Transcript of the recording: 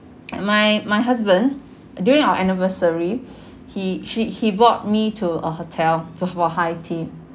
my my husband during our anniversary he she he brought me to a hotel to for high tea